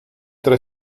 tre